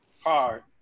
Hard